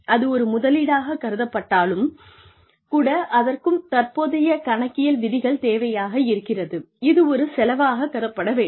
அது ஒரு முதலீடாகக் கருதப்பட்டாலும் கூட அதற்கும் தற்போதைய கணக்கியல் விதிகள் தேவையாக இருக்கிறது இது ஒரு செலவாகக் கருதப்பட வேண்டும்